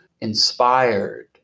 inspired